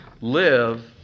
live